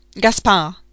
Gaspard